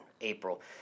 April